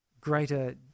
greater